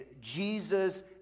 Jesus